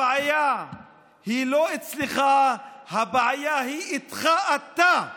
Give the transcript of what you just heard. הבעיה היא לא אצלך, הבעיה היא איתך, אתה.